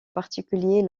particulier